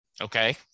okay